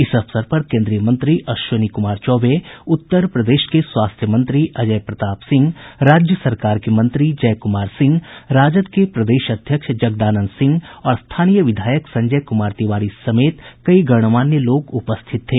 इस अवसर पर केन्द्रीय मंत्री अश्विनी कुमार चौबे उत्तर प्रदेश के स्वास्थ्य मंत्री अजय प्रताप सिंह राज्य सरकार के मंत्री जय कुमार सिंह राजद के प्रदेश अध्यक्ष जगदानंद सिंह और स्थानीय विधायक संजय कुमार तिवारी समेत कई गणमान्य लोग उपस्थित थे